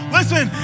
Listen